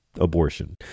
abortion